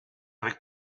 avec